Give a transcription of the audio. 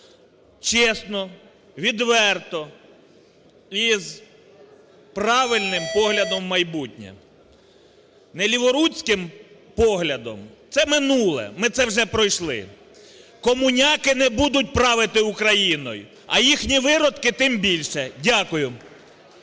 чесно, відверто і з правильним поглядом у майбутнє. Не ліворуцьким поглядом – це минуле, ми це вже пройшли. Комуняки не будуть правити Україною, а їхні виродки – тим більше. Дякую.